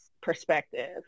perspective